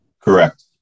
Correct